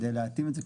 כדי להתאים את זה,